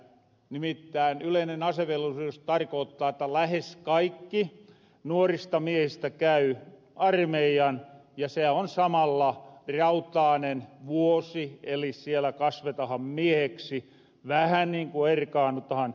nimittään yleinen asevelvollisuus tarkoottaa että lähes kaikki nuorista miehistä käyvät armeijan ja se on samalla rautaanen vuosi eli siellä kasvetahan miehiksi vähän niin kuin erkaannuttahan kotua